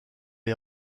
est